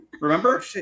Remember